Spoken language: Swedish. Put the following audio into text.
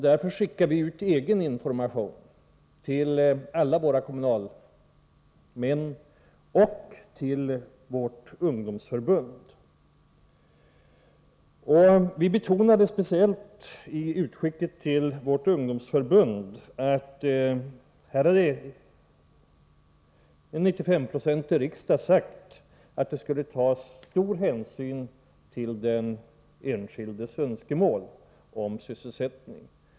Därför skickade vi ut egen information till alla våra kommunalmän och till vårt ungdomsförbund. Vi betonade, speciellt i informationen till vårt ungdomsförbund, att 95 20 av riksdagen hade sagt att det skulle tas stor hänsyn till den enskildes önskemål om sysselsättning.